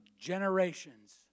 generations